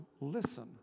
listen